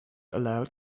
allowed